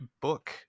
book